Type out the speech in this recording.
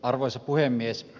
arvoisa puhemies